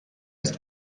ist